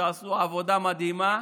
שעשו עבודה מדהימה,